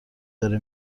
داره